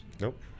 Nope